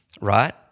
right